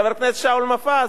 חבר הכנסת שאול מופז,